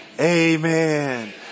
amen